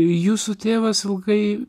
jūsų tėvas ilgai